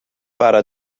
bara